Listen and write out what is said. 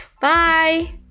Bye